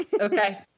okay